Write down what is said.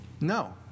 No